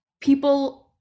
people